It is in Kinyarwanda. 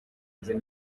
nzu